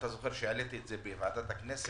אתה זוכר שהעליתי את זה בוועדת הכנסת,